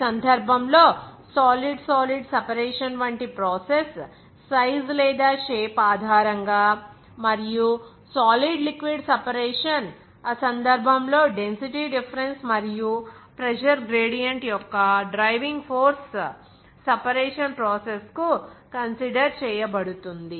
ఆ సందర్భంలో solid solid separation వంటి ప్రాసెస్ సైజ్ లేదా షేప్ ఆధారంగా మరియు సాలిడ్ లిక్విడ్ సెపరేషన్ ఆ సందర్భంలో డెన్సిటీ డిఫరెన్స్ మరియు ప్రెజర్ గ్రేడియంట్ యొక్క డ్రైవింగ్ ఫోర్స్ సెపరేషన్ ప్రాసెస్ కు కన్సిడర్ చేయబడుతుంది